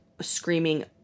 screaming